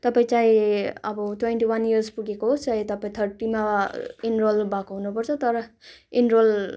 तपाईँ चाहे अब ट्वाइन्टी वान इयर्स पुगेको होस् चाहे तपाईँ थर्ट्टीमा इनरोल भएको हुनुपर्छ तर इनरोल